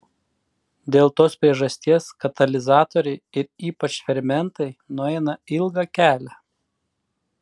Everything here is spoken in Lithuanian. dėl tos priežasties katalizatoriai ir ypač fermentai nueina ilgą kelią